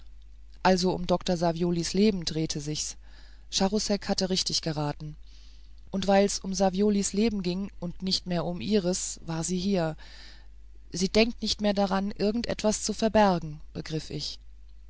also um dr saviolis leben drehte sich's charousek hatte es richtig erraten und weil's um saviolis leben ging und nicht mehr um ihres war sie hier sie denkt nicht mehr daran irgend etwas zu verbergen begriff ich